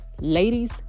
Ladies